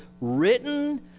written